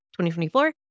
2024